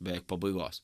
beveik pabaigos